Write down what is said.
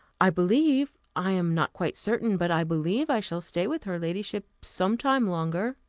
i believe i am not quite certain but i believe i shall stay with her ladyship some time longer.